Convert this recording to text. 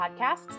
podcasts